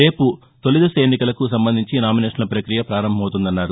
రేపు తొలిదశ ఎన్నికలకు సంబంధించి నామినేషప్ష ప్రక్రియ ప్రారంభమవుతుందన్నారు